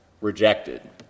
rejected